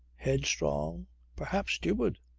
headstrong perhaps stupid.